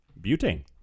Butane